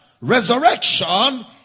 resurrection